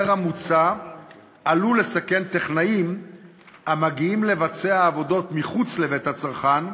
המוצע עלול לסכן טכנאים המגיעים לבצע עבודות מחוץ לבית הצרכן,